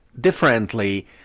differently